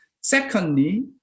Secondly